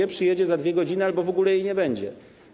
Może przyjedzie za 2 godziny, albo w ogóle jej nie będzie.